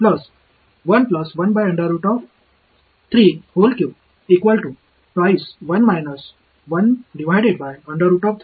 எனவே நாங்கள் என்ன செய்தோம் என்றால் 2 புள்ளி காஸ் குவாட்ரேச்சர் விதியில் மட்டுமே பயன்படுத்துவதன் மூலம் சரியான பதிலை 4 சரியாகப் பெற முடிந்தது